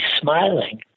smiling